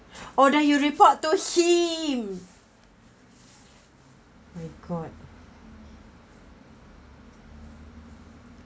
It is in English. oh that you report to him my god